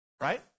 right